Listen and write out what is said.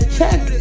check